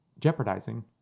jeopardizing